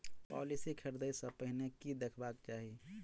Policy खरीदै सँ पहिने की देखबाक चाहि?